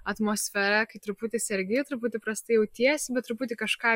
atmosfera kai truputį sergi truputį prastai jautiesi bet truputį kažką